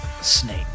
Snake